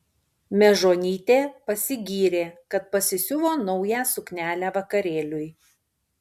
mežonytė pasigyrė kad pasisiuvo naują suknelę vakarėliui